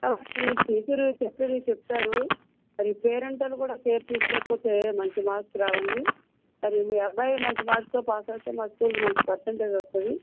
కాబట్టి టీచర్లు చెప్పేది చెప్తారు కానీ పేరెంట్లు కూడా కేర్ తీసుకోకపోతే మంచి మార్క్స్ రావండి మరి మీ అబ్బాయి మంచి మార్క్స్తో పాస్ అయితే మా స్కూల్కి మంచి పర్సెంటేజ్ వస్తుంది